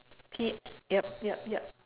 pie~ yup yup yup